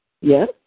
Yes